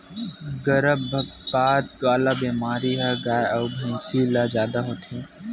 गरभपात वाला बेमारी ह गाय अउ भइसी ल जादा होथे